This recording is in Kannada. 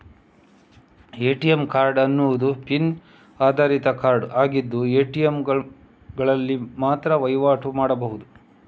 ಎ.ಟಿ.ಎಂ ಕಾರ್ಡ್ ಅನ್ನುದು ಪಿನ್ ಆಧಾರಿತ ಕಾರ್ಡ್ ಆಗಿದ್ದು ಎ.ಟಿ.ಎಂಗಳಲ್ಲಿ ಮಾತ್ರ ವೈವಾಟು ಮಾಡ್ಬಹುದು